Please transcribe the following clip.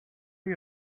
you